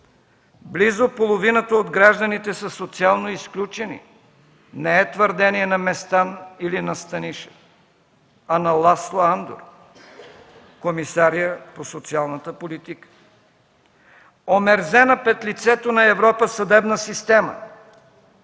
близо половината от гражданите са социално изключени – не е твърдение на Местан или на Станишев, а на Ласло Андор – комисаря по социалната политика; омерзена пред лицето на Европа съдебна система;